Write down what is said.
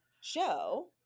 show